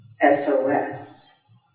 SOS